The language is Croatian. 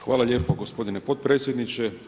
Hvala lijepo gospodine potpredsjedniče.